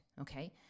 okay